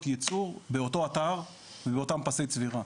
הייצור באותו אתר ובאותם פסי צבירה.